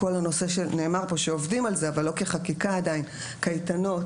נאמר פה שעובדים על זה אבל לא כחקיקה עדיין: קייטנות,